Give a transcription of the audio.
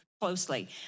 Closely